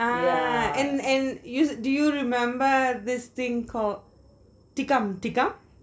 ah and and you do you remember this thing called tikam tikam